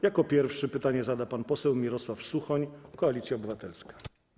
Jako pierwszy pytanie zada pan poseł Mirosław Suchoń, Koalicja Obywatelska.